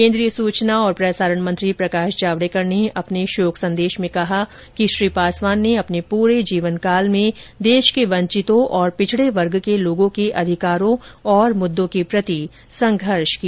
केन्द्रीय सूचना और प्रसारण मंत्री प्रकाश जावडेकर ने अपने शोक संदेश में कहा है कि श्री पासवान ने अपने पूरे जीवन काल में देश के वंचितों और पिछड़े वर्ग के लोगों के अधिकारों और मुददों के प्रति संघर्ष किया